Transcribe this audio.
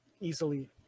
Easily